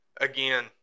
again